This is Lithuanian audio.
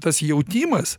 tas jautimas